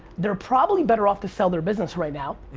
they're probably better off to sell their business right now,